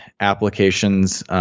applications